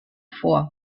vor